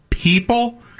People